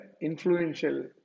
influential